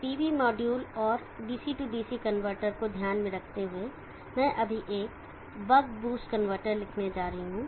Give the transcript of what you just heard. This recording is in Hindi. PV मॉड्यूल और DC DC कनवर्टर को ध्यान में रखते हुए मैं अभी एक बक कनवर्टर लिखने जा रहा हूं